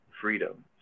freedom